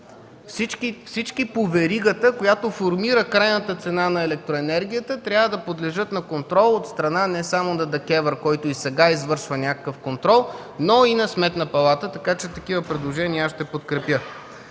Всички по веригата, която формира крайната цена на електроенергията трябва да подлежат на контрол от страна не само на ДКЕВР, който и сега извършва някакъв контрол, но и на Сметната палата. Ще подкрепя такива предложения. Господин